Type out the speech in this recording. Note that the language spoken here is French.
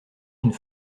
une